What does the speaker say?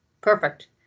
perfect